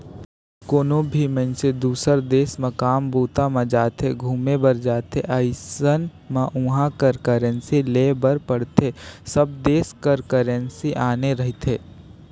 कोनो भी मइनसे दुसर देस म काम बूता म जाथे, घुमे बर जाथे अइसन म उहाँ कर करेंसी लेय बर पड़थे सब देस कर करेंसी आने रहिथे